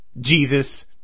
Jesus